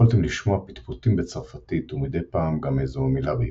יכלתם לשמע פטפוטים בצרפתית ומדי פעם גם איזו מלה בעברית.